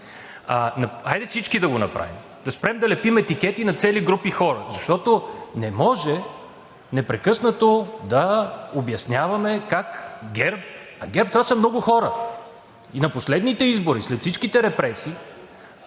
Хайде всички да го направим – да спрем да лепим етикети на цели групи хора, защото не може непрекъснато да обясняваме как ГЕРБ, а ГЕРБ – това са много хора, и на последните избори след всичките репресии